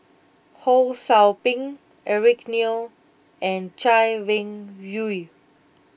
Ho Sou Ping Eric Neo and Chay Weng Yew